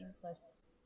plus